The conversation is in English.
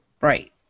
Right